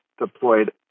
deployed